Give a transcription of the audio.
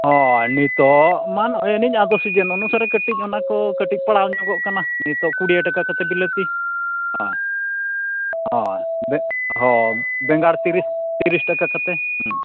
ᱦᱚᱭ ᱱᱤᱛᱚᱜ ᱢᱟ ᱱᱚᱜᱼᱚᱭ ᱡᱟᱹᱱᱤᱡ ᱥᱤᱡᱮᱱ ᱚᱱᱩᱥᱟᱨᱮ ᱠᱟᱹᱴᱤᱡ ᱚᱱᱟᱠᱚ ᱠᱟᱹᱴᱤᱡ ᱯᱟᱲᱟᱣᱧᱚᱜᱚᱜ ᱠᱟᱱᱟ ᱱᱤᱛᱚᱜ ᱠᱩᱲᱤ ᱦᱟᱡᱟᱨ ᱴᱟᱠᱟ ᱠᱟᱛᱮᱫ ᱵᱤᱞᱟᱹᱛᱤ ᱦᱚᱭ ᱦᱚᱭ ᱵᱮᱸᱜᱟᱲ ᱛᱤᱨᱤᱥ ᱛᱤᱨᱤᱥ ᱴᱟᱠᱟ ᱠᱟᱛᱮᱫ